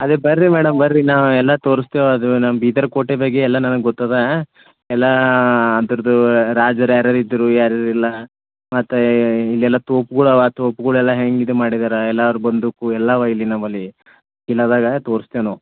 ಅದೇ ಬನ್ರಿ ಮೇಡಮ್ ಬನ್ರಿ ನಾವು ಎಲ್ಲ ತೋರಿಸ್ತೀವಿ ಅದು ನಮ್ಮ ಬಿದರ್ಕೋಟೆದಾಗ ಎಲ್ಲ ನಮಗ್ ಗೊತ್ತದಾ ಎಲ್ಲ ಅದರದು ರಾಜರು ಯಾರು ಯಾರು ಇದ್ದರು ಯಾರು ಯಾರಿಲ್ಲ ಮತ್ತು ಇಲ್ಲೆಲ್ಲ ತೋಪುಗಳ್ ಅವೆ ತೋಪುಗಳೆಲ್ಲ ಹೆಂಗೆ ಇದು ಮಾಡಿದಾರೆ ಎಲ್ಲಾರ ಬಂದೂಕು ಎಲ್ಲ ಅವೆ ಇಲ್ಲಿ ನಮ್ಮಲ್ಲಿ ಕಿಲಾದಾಗ ತೋರಿಸ್ತೇವೆ ನಾವು